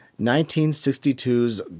1962's